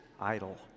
idol